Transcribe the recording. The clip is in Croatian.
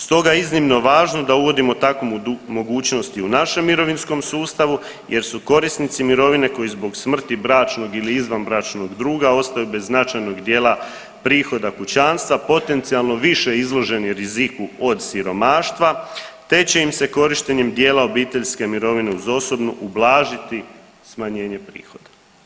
Stoga je iznimno važno da uvodimo takvu mogućnost i u našem mirovinskom sustavu jer su korisnici mirovine koji zbog smrti bračnog ili izvanbračnog duga ostaju bez značajnog dijela prihoda kućanstva, potencijalno više izloženi riziku od siromaštva te će im se korištenjem dijela obiteljske mirovine uz osobnu ublažiti smanjenje prihoda.